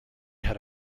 had